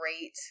great